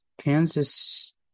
Kansas